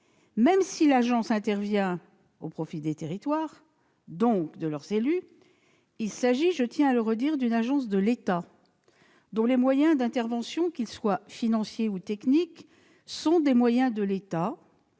même si l'agence intervient au profit des territoires, et donc de leurs élus, je rappelle qu'il s'agit d'une agence de l'État, dont les moyens d'intervention, qu'ils soient financiers ou techniques, sont des moyens de l'État.